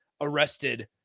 arrested